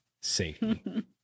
safety